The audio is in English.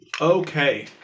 Okay